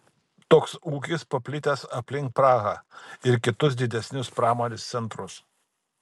toks ūkis paplitęs aplink prahą ir kitus didesnius pramonės centrus